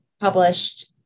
published